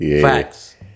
Facts